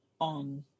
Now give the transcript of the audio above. on